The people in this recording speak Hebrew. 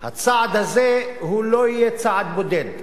הצעד הזה לא יהיה צעד בודד,